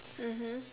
mmhmm